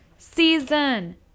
season